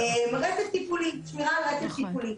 הוא אמור לשמור על רצף טיפולי.